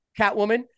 Catwoman